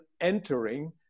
entering